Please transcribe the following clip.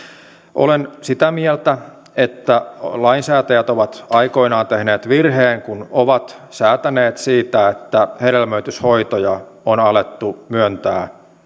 olen sitä mieltä että lainsäätäjät ovat aikoinaan tehneet virheen kun ovat säätäneet siitä että hedelmöityshoitoja on alettu myöntää